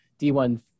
D1